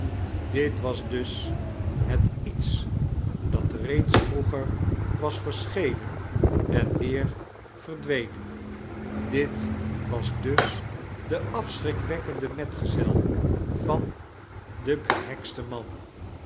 dit was das het lets dat reeds vroeger was verschenen en weer verdwmen dit was drus de afschrikwekkende metgezel van den beheksten man